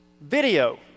video